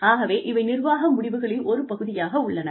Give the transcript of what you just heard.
ஆகவே இவை நிர்வாக முடிவுகளின் ஒரு பகுதியாக உள்ளன